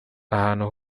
ahantu